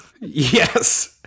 Yes